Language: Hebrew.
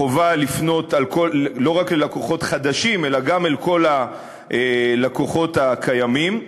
חובה לפנות לא רק ללקוחות חדשים אלא גם לכל הלקוחות הקיימים.